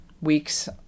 weeks